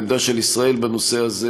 העמדה של ישראל בנושא הזה,